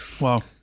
wow